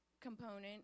component